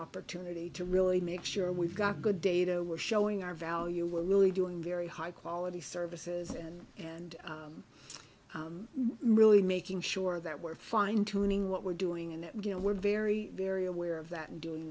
opportunity to really make sure we've got good data we're showing our value we're really doing very high quality services and and really making sure that we're fine tuning what we're doing and we're very very aware of that doing